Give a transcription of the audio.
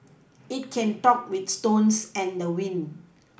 it can talk with stones and the wind